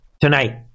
tonight